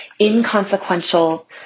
inconsequential